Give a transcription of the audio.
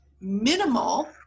minimal